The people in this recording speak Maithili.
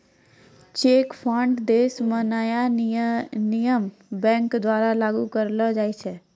चेक फ्राड देश म नया नियम बैंक द्वारा लागू करलो जाय छै